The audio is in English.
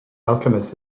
alchemist